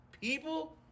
people